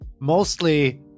mostly